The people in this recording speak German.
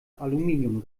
aluminium